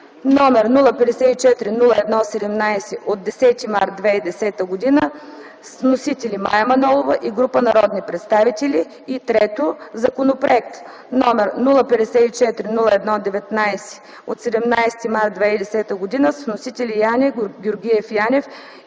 № 054-01-17 от 10 март 2010 г. с вносители Мая Манолова и група народни представители и 3. Законопроект № 054-01-19 от 17 март 2010 г. с вносители Яне Георгиев Янев и